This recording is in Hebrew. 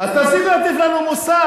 אז תפסיקו להטיף לנו מוסר.